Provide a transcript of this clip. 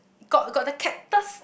got got the cactus